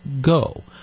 go